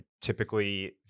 typically